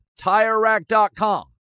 TireRack.com